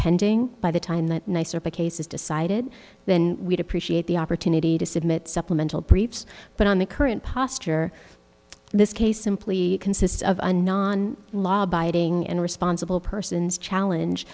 pending by the time the nicer by case is decided then we'd appreciate the opportunity to submit supplemental briefs but on the current posture this case simply consists of a non law abiding and responsible persons challenge